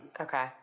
okay